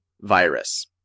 virus